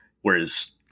Whereas